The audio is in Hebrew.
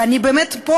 ואני באמת פה,